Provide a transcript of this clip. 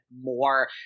more